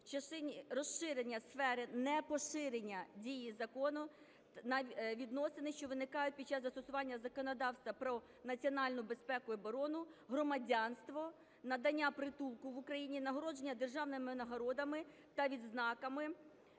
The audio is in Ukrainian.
розширення сфери непоширення дії закону на відносини, що виникають під час застосування законодавства про національну безпеку і оборону, громадянство, надання притулку в Україні, нагородження державними нагородами та відзнаками